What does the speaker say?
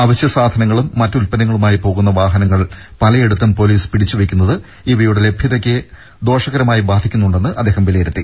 അവശ്യ സാധനങ്ങളും മറ്റ് ഉല്പന്നങ്ങളുമായി പോകുന്ന വാഹനങ്ങൾ പലയിടത്തും പൊലീസ് പിടിച്ചുവെയ്ക്കുന്നത് ഇവയുടെ ലഭ്യതയെ ദോഷകരമായി ബാധിക്കുന്നുണ്ടെന്ന് അദ്ദേഹം വിലയിരുത്തി